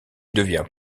devient